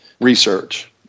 research